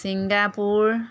Singapore